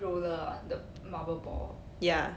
ya